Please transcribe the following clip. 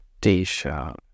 D-sharp